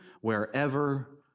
wherever